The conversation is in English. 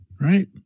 right